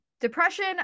depression